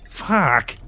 fuck